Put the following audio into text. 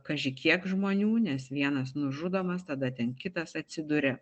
kaži kiek žmonių nes vienas nužudomas tada ten kitas atsiduria